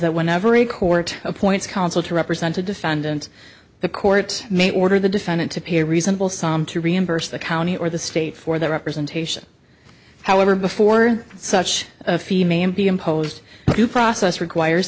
that whenever a court appoints counsel to represent a defendant the court may order the defendant to pay a reasonable sum to reimburse the county or the state for their representation however before such a female would be imposed due process requires